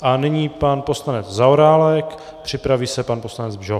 A nyní pan poslanec Zaorálek, připraví se pan poslanec Bžoch.